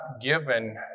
given